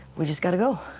we just got to go.